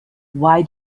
why